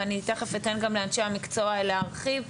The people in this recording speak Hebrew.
ואני תיכף אתן גם לאנשי המקצוע להרחיב.